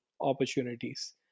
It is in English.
opportunities